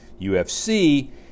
UFC